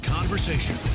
Conversation